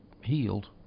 healed